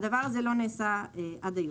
הדבר הזה לא נעשה עד היום.